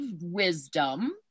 wisdom